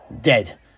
Dead